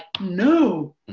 no